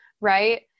right